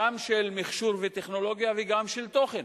גם של מכשור וטכנולוגיה וגם של תוכן,